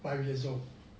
five years old